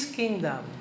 kingdom